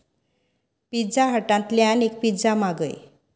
pizza हटांतल्यान एक pizza मागय